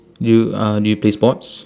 do you uh do you play sports